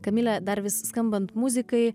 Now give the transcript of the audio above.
kamile dar vis skambant muzikai